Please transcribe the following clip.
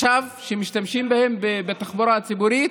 באלה שעכשיו משתמשים בהם בתחבורה הציבורית,